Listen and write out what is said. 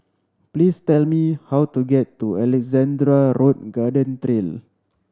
please tell me how to get to Alexandra Road Garden Trail